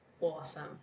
awesome